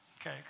okay